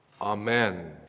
Amen